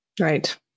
Right